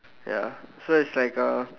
ya so it's like uh